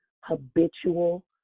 habitual